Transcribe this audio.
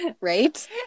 Right